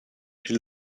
she